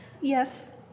Yes